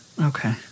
okay